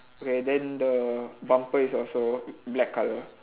okay then the bumper is also black colour